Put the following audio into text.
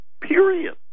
period